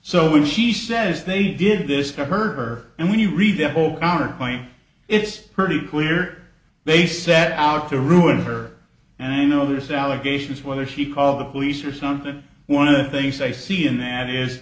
when she says they did this to her and when you read the whole counterpoint it's pretty clear they set out to ruin her and i know there's allegations whether she called the police or something one of the things i see in the ad is